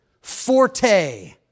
forte